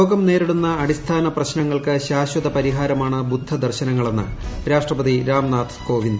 ലോകം നേരിടുന്ന അടിസ്ഥാനപ്രശ്നങ്ങൾക്ക് ശാശ്വത പരിഹാരമാണ് ബുദ്ധ ദർശനങ്ങളെന്ന് രാഷ്ട്രപതി രാംനാഥ് കോവിന്ദ്